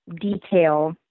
detail